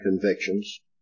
convictions